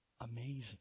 amazing